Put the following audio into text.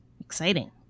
exciting